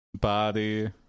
Body